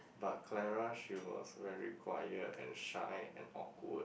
but Clara she was very quiet and shy and awkward